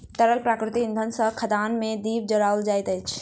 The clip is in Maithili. तरल प्राकृतिक इंधन सॅ खदान मे दीप जराओल जाइत अछि